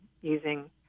using